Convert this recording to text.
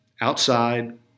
outside